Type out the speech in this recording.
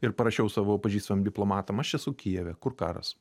ir parašiau savo pažįstamiem diplomatam aš esu kijeve kur karas